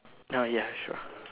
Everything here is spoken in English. now ya sure